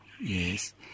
Yes